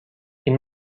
این